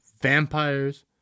vampires